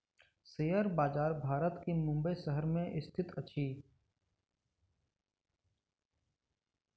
share बजार भारत के मुंबई शहर में स्थित अछि